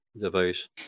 device